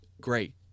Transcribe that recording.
Great